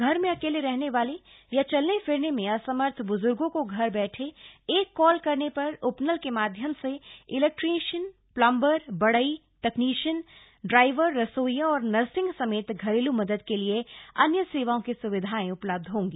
घर में अकेले रहने वाले या चलने फिरने में असमर्थ ब्ज़र्गों को घर बैठे एक कॉल करने पर उपनल के माध्यम से इलेक्ट्रीशियन प्लंबर बढ़ई तकनीशियन ड्राइवर रसोइया और नर्सिंग समेत घरेल् मदद के अन्य सेवाओं की स्विधा उपलब्ध होगी